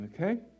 Okay